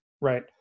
right